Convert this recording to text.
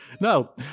No